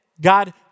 God